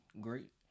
great